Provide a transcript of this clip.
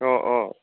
অ অ